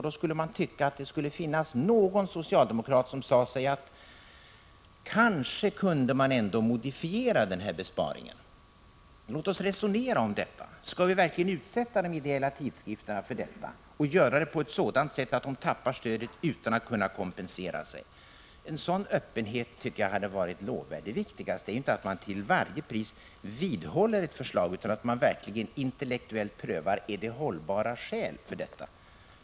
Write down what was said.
Då skulle man kunna tycka att någon enda socialdemokrat sade sig att man kanske ändå kunde modifiera denna besparing; låt oss resonera om detta, skall vi verkligen utsätta de ideella tidskrifterna för denna bidragsminskning och dessutom genomföra den så att de tappar stödet utan att kunna kompensera sig? En sådan öppenhet hade varit lovvärd. Det viktigaste är inte att man till varje pris vidhåller ett förslag, utan att man verkligen intellektuellt prövar om det finns hållbara skäl för förslaget.